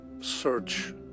search